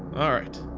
alright.